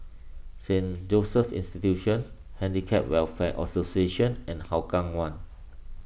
Saint Joseph's Institution Handicap Welfare Association and Hougang one